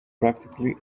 practically